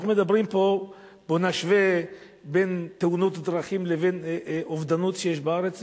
בוא נשווה בין תאונות דרכים לבין אובדנות בארץ,